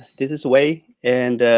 this is wei and